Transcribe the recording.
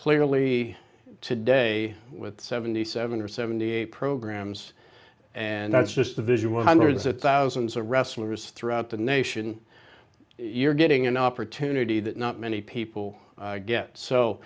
clearly today with seventy seven or seventy eight programs and that's just the visual hundreds of thousands of wrestler wrists throughout the nation you're getting an opportunity that not many people get so